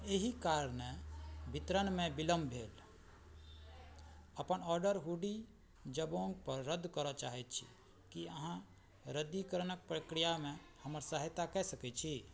एहि कारणे वितरणमे विलम्ब भेल अपन ऑर्डर हुडी जबोंगपर रद्द करऽ चाहैत छी की अहाँ रद्दीकरणक प्रक्रियामे हमर सहायता कए सकय छी